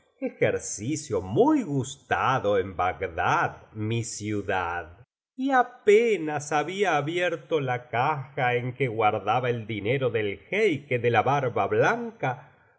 ejercicio muy gustado en bagdad mi ciudad y apenas había abierto la caja en que guardaba el dinero del jeique de la barba blanca